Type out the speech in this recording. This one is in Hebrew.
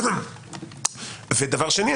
ודבר שני,